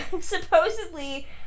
Supposedly